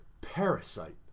parasite